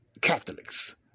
Catholics